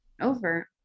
over